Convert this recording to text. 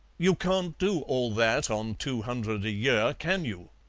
you can't do all that on two hundred a year, can you?